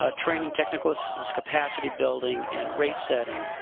ah training technical assistance, capacity building and ratesetting.